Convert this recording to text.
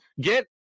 Get